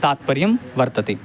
तात्पर्यं वर्तते